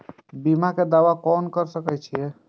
बीमा के दावा कोना के सके छिऐ?